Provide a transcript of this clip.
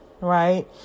right